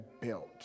built